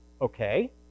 okay